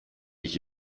ich